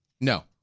No